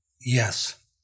Yes